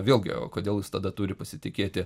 vėlgi o kodėl jis tada turi pasitikėti